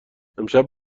امشب